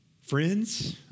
Friends